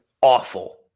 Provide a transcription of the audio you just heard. awful